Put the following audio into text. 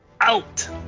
out